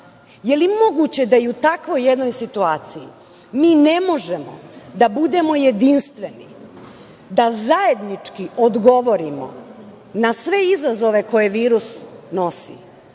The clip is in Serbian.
li je moguće da je i u takvoj jednoj situaciji, mi ne možemo da budemo jedinstveni, da zajednički odgovorimo na sve izazove koje virus nosi?